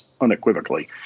unequivocally